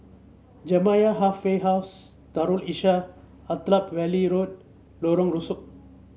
Jamiyah Halfway House Darul Islah Attap Valley Road Lorong Rusuk